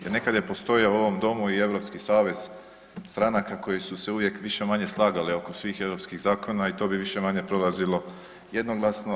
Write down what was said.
Jer nekada je postojao u ovom Domu i Europski savez stranaka koji su se više-manje uvijek slagali oko svih europskih zakona i to bi više-manje prolazilo jednoglasno.